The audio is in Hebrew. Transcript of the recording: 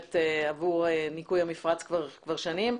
שלוחמת עבור ניקוי המפרץ כבר שנים.